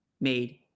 made